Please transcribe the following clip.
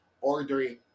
ordering